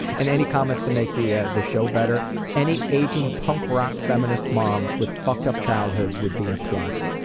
and any comments to make the ah the show better any aging punk-rock feminist moms with fucked up childhoods would be a plus.